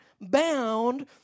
bound